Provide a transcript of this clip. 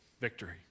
victory